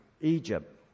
Egypt